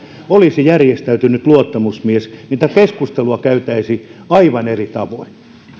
olisi järjestäytynyt luottamusmies niin tätä keskustelua käytäisiin aivan eri tavoin